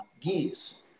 geese